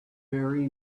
very